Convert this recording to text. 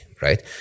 right